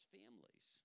families